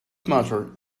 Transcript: matter